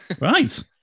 Right